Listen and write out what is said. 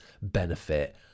benefit